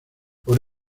por